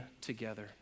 together